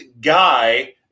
guy